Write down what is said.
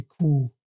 cool